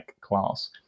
class